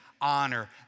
honor